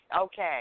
Okay